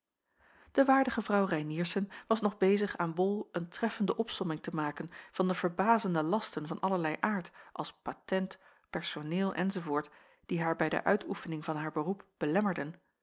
de waardige vrouw reiniersen was nog bezig aan bol een treffende opsomming te maken van de verbazende lasten van allerlei aard als patent personeel enz die haar bij de uitoefening van haar beroep belemmerden